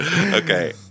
Okay